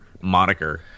moniker